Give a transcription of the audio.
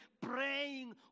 praying